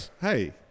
Hey